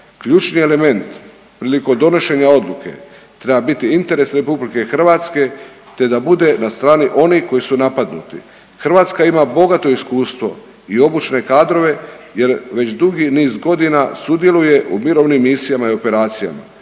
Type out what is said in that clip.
Ključni element prilikom donošenja odluke treba biti interes RH te da bude na strani onih koji su napadnuti. Hrvatska ima bogato iskustvo i obučne kadrove jer već dugi niz godina sudjeluje u mirovnim misijama i operacijama